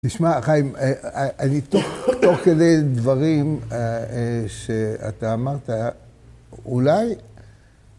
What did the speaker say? תשמע חיים, אני תוך כדי דברים שאתה אמרת, אולי